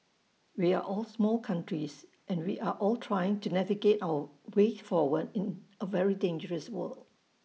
we are all small countries and we are all trying to navigate our way forward in A very dangerous world